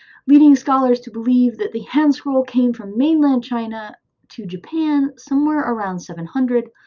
leading scholars to believe that the hand scroll came from mainland china to japan somewhere around seven hundred,